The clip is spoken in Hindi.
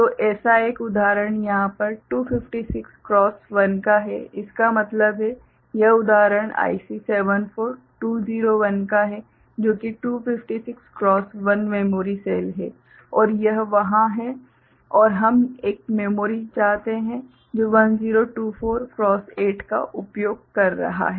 तो ऐसा एक उदाहरण यहाँ पर 256 क्रॉस 1 का है इसका मतलब है कि यह उदाहरण IC74201 का है जो कि 256 क्रॉस 1 मेमोरी सेल है और यह वहाँ है और हम एक मेमोरी चाहते हैं जो 1024 क्रॉस 8 का उपयोग कर रहा है